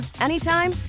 anytime